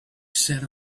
set